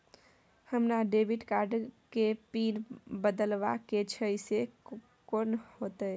हमरा debit card के PIN बदलवा के छै से कोन होतै?